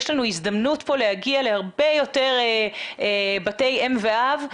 יש לנו פה הזדמנות להגיע להרבה יותר בתי אם ואב,